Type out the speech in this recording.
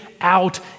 out